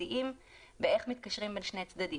בסיסיים בהתקשרות בין שני צדדים.